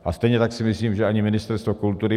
A stejně tak si myslím, že ani Ministerstvo kultury.